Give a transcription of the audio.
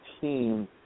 team